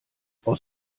aus